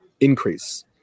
increase